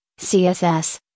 CSS